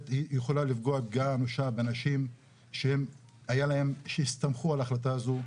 יכולה לפגוע גם באנשים שהסתמכו על ההחלטה הזו.